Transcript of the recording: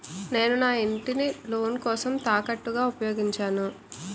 నేను నా ఇంటిని లోన్ కోసం తాకట్టుగా ఉపయోగించాను